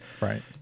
Right